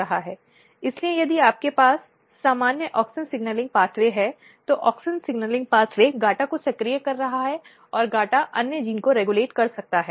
इसलिए यदि आपके पास सामान्य ऑक्सिन सिग्नलिंग मार्ग है तो ऑक्सिन सिग्नलिंग मार्ग GATA को सक्रिय कर रहा है और GATA अन्य जीन को रेगुलेट कर सकता है